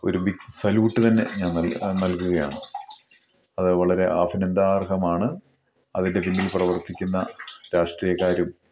ഒരു big salute തന്നെ ഞാൻ നൽകുകയാണ് അത് വളരെ അഭിനന്താർഹമാണ് അതിൻ്റെ പിന്നിൽ പ്രവർത്തിക്കുന്ന രാഷ്ട്രീയക്കാരും